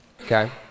okay